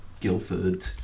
Guildford